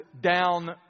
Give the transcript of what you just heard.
down